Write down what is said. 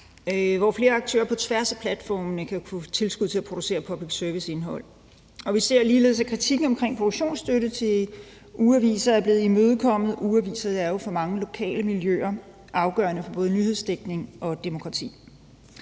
hvor flere aktører på tværs af platformene kan få tilskud til at producere public service-indhold. Vi ser ligeledes, at kritikken af produktionsstøtte til ugeaviser er blevet imødekommet. Ugeaviser er jo for mange lokale miljøer afgørende i forhold til både nyhedsdækning og demokrati.